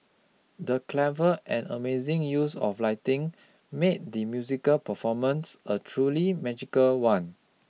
the clever and amazing use of lighting made the musical performance a truly magical one